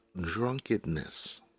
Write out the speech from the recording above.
drunkenness